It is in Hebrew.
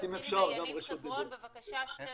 יניב חברון, בבקשה, שתי